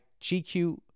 GQ